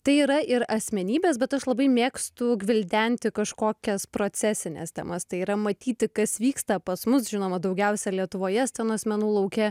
tai yra ir asmenybės bet aš labai mėgstu gvildenti kažkokias procesines temas tai yra matyti kas vyksta pas mus žinoma daugiausia lietuvoje scenos menų lauke